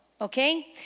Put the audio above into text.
okay